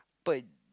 but